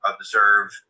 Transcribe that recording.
observe